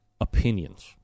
opinions